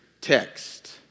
text